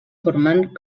formant